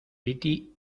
piti